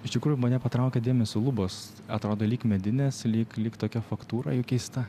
iš tikrųjų mane patraukė dėmesį lubos atrodo lyg medinės lyg lyg tokia faktūra jų keista